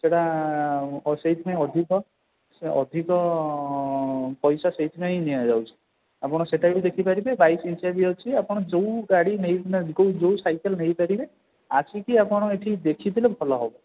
ସେଇଟା ସେଇଥିପାଇଁ ଅଧିକ ସେ ଅଧିକ ପଇସା ସେଇଥିପାଇଁ ନିଆଯାଉଛି ଆପଣ ସେଇଟା ବି ଦେଖିପାରିବେ ବାଇଶ ଇଞ୍ଚିଆ ବି ଅଛି ଆପଣ ଯେଉଁ ଗାଡ଼ି ନେଇକି ନା ଯେଉଁ ସାଇକେଲ ନେଇପାରିବେ ଆସିକି ଆପଣ ଏଇଠି ଦେଖି ଦେଲେ ଭଲ ହେବ